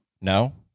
No